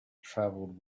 travelled